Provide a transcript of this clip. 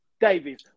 Davies